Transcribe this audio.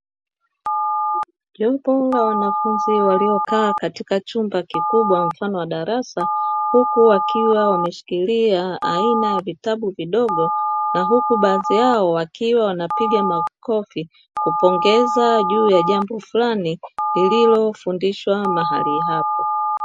Jopo la wanafunzi waliokaa katika chumba kikubwa mfano wa darasa, huku wakiwa wameshikilia aina ya vitabu vidogo, na huku baadhi yao wakiwa wanapiga makofi kupongeza juu ya jambo fulani lililofundishwa mahali hapo.